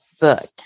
book